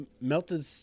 melted